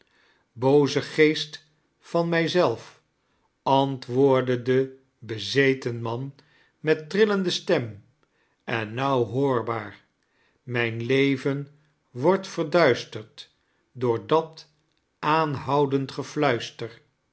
booze geest van mij zelf anitwootdde de beizeten man met trillende stem en nauw hooubaar mijn leven wondt verduisterd door dlat aanhoudend